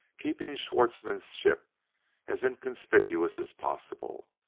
keeping schwartzmann's ship as inconspicuous as possible,